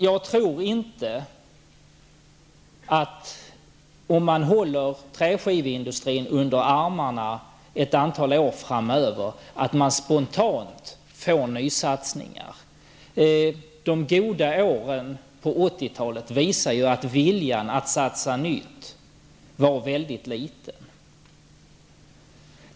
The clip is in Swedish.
Jag tror inte att man spontant får nysatsningar om man håller träskiveindustrin under armarna ett antal år framöver. De goda åren på 80-talet visade att viljan att satsa nytt var mycket liten.